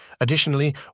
Additionally